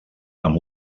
amb